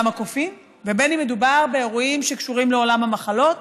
הקופים ובין שמדובר באירועים שקשורים לעולם המחלות